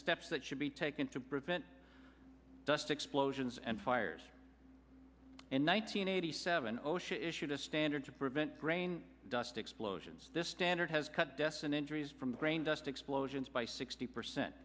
steps that should be taken to prevent dust explosions and fires in one nine hundred eighty seven osha issued a standard to prevent brain dust explosions this standard has cut deaths and injuries from the brain dust explosions by sixty percent